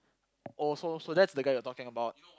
also so that's the guy you are talking about